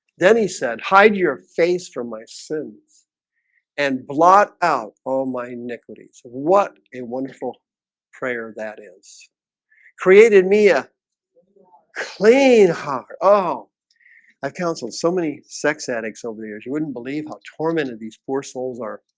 then he said hide your face from my sins and blot out all my iniquities. what a wonderful prayer that is created mia clean ha oh i've counseled so many sex addicts over the years. you wouldn't believe how tormented these poor souls are